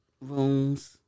rooms